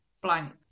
Blank